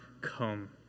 come